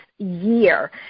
year